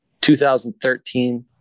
2013